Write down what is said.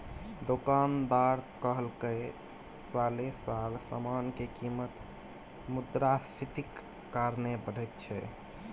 दोकानदार कहलकै साले साल समान के कीमत मुद्रास्फीतिक कारणे बढ़ैत छै